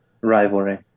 rivalry